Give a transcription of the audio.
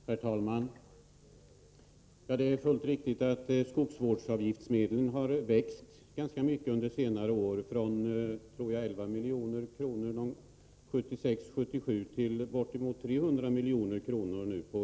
Herr talman! Det är fullt riktigt att skogsvårdsavgiftsmedlen på inkomstsidan har ökat ganska mycket under senare år från, tror jag, 11 milj.kr. 1976/77 till bortemot 300 miljoner.